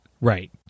right